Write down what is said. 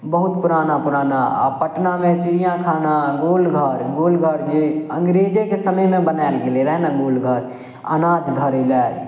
बहुत पुराना पुराना आओर पटनामे चिड़ियाखाना गोलघर गोलघर जे अंग्रेजेके समयमे बनाओल गेलय रऽ ने गोलघर अनाज धरय लए